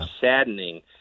saddening